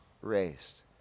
raised